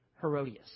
Herodias